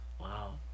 Wow